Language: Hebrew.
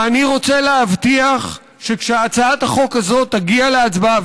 ואני רוצה להבטיח שכשהצעת החוק הזו תגיע להצבעה,